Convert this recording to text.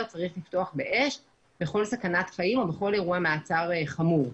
צריך לפתוח באש בכל סכנת חיים או בכל אירוע מעצר חמור.